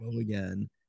again